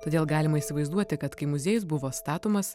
todėl galima įsivaizduoti kad kai muziejus buvo statomas